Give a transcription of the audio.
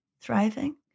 thriving